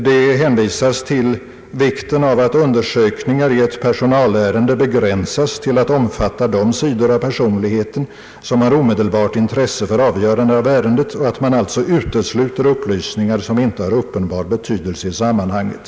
Det hänvisas till »vikten av att undersökningar i ett personalärende begränsas till att omfatta de sidor av personligheten som har omedelbart intresse för avgörandet av ärendet och att man alltså utesluter upplysningar som inte har uppenbar betydelse i sammanhanget».